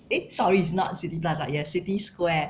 eh sorry it's not city plaza yes city square